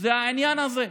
זה העניין הזה.